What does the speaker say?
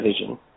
vision